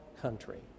country